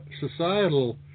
societal